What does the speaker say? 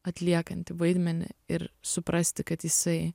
atliekantį vaidmenį ir suprasti kad jisai